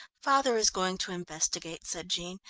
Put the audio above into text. father is going to investigate, said jean,